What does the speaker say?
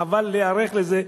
חבל להיערך לזה,